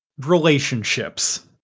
relationships